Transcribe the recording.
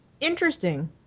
Interesting